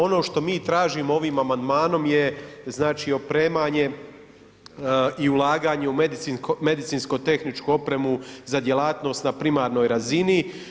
Ono što mi tražimo ovim amandmanom je znači opremanje i ulaganje u medicinsko-tehničku opremu za djelatnost na primarnoj razini.